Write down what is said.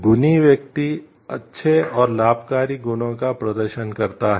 गुणी व्यक्ति अच्छे और लाभकारी गुणों का प्रदर्शन करता है